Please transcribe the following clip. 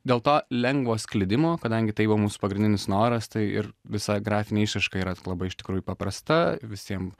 dėl to lengvo sklidimo kadangi tai buvo mūsų pagrindinis noras tai ir visa grafinė išraiška yra labai iš tikrųjų paprasta visiem